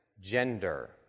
gender